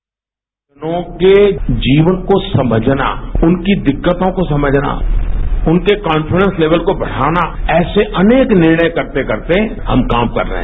दिव्यांगजनों के जीवन को समझना उनकी दिक्कतों को समझना उनके कोन्फीडेंस लेवल को बढ़ाना ऐसे अनेक निर्णय करते करते हम काम कर रहे हैं